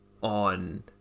on